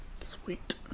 Sweet